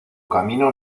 camino